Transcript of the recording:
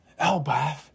Elbath